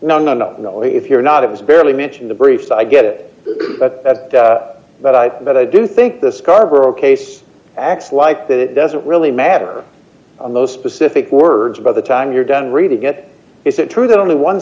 no no no no if you're not it's barely mention the briefs i get but but i but i do think the scarborough case acts like that it doesn't really matter on those specific words by the time you're done really get is it true that only one